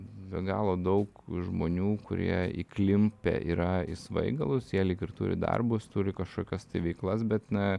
be galo daug žmonių kurie įklimpę yra į svaigalus jie lyg ir turi darbus turi kažkokias tai veiklas bet na